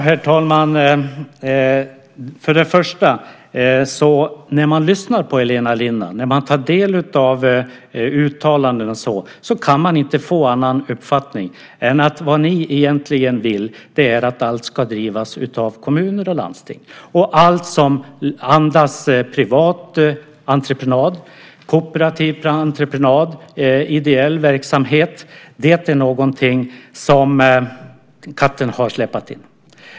Herr talman! När man lyssnar på Elina Linna och tar del av uttalandena och så kan man inte få annan uppfattning än att vad ni egentligen vill är att allt ska drivas av kommuner och landsting och allt som andas privat entreprenad, kooperativ entreprenad, ideell verksamhet är någonting som katten har släpat in.